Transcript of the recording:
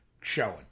showing